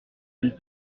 ils